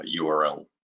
URL